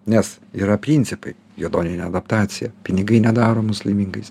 nes yra principai hedoninė adaptacija pinigai nedaro mus laimingais